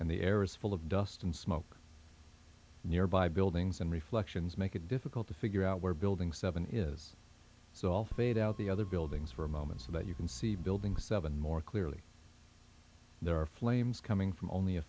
and the air is full of dust and smoke nearby buildings and reflections make it difficult to figure out where building seven is so i'll fade out the other buildings for a moment so that you can see building seven more clearly there are flames coming from only a